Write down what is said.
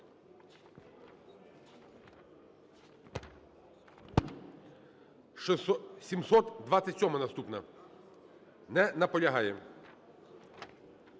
727-а наступна. Не наполягає.